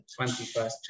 21st